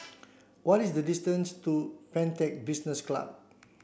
what is the distance to Pantech Business club